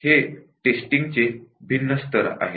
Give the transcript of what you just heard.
हे टेस्टिंगचे भिन्न स्तर आहेत